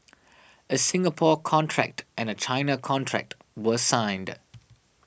a Singapore contract and a China contract were signed